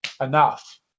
enough